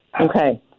Okay